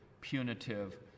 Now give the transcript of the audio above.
punitive